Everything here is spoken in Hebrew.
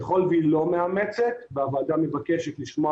ככל שהיא לא מאמצת והוועדה מבקשת לשמוע